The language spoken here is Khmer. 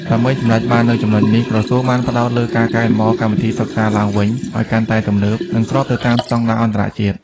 ដើម្បីសម្រេចបាននូវចំណុចនេះ ក្រសួងបានផ្តោតលើការកែលម្អកម្មវិធីសិក្សាឡើងវិញឱ្យកាន់តែទំនើប និងស្របទៅតាមស្តង់ដារអន្តរជាតិ។